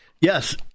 Yes